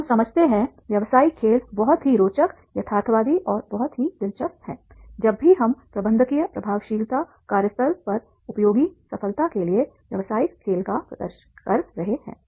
तो हम समझते हैं कि व्यावसायिक खेल बहुत ही रोचक यथार्थवादी और बहुत ही दिलचस्प है जब भी हम प्रबंधकीय प्रभावशीलता कार्यस्थल पर उपयोगी सफलता के लिए व्यावसायिक खेल का प्रदर्शन कर रहे हैं